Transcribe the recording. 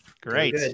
Great